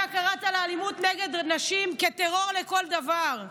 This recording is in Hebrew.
אתה קראת לאלימות נגד נשים "טרור לכל דבר".